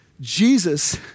Jesus